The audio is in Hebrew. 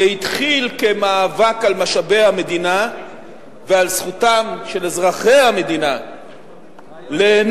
זה התחיל כמאבק על משאבי המדינה ועל זכותם של אזרחי המדינה ליהנות